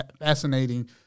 fascinating